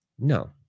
No